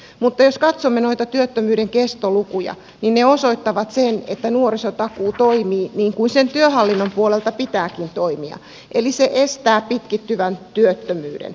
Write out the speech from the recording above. mutta jos katsomme noita työttömyyden kestolukuja niin ne osoittavat sen että nuorisotakuu toimii niin kuin sen työhallinnon puolelta pitääkin toimia eli se estää pitkittyvän työttömyyden